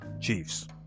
Chiefs